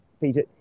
Peter